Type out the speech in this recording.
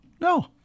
No